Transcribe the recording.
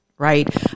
Right